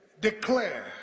declare